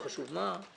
לא חשוב מה,